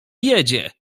jedzie